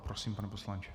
Prosím, pane poslanče.